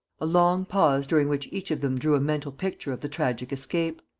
a long pause during which each of them drew a mental picture of the tragic escape.